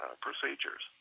procedures